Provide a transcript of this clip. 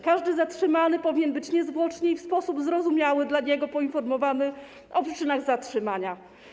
Każdy zatrzymany powinien być niezwłocznie i w sposób zrozumiały dla niego poinformowany o przyczynach zatrzymania.